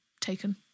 taken